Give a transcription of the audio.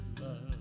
love